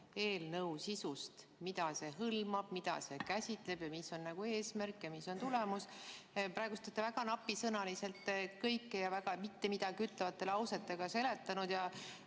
eelnõu sisust: mida see hõlmab, mida see käsitleb, mis on nagu eesmärk ja mis on tulemus. Praegust te olete väga napisõnaliselt kõike mittemidagiütlevate lausetega seletanud.